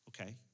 okay